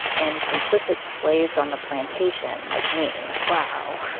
and complicit slaves on the plantation, like me wow